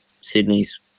Sydney's